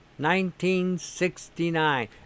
1969